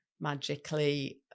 magically